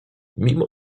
mimo